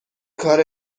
کار